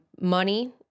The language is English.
money